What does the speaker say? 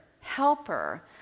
helper